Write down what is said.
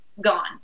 gone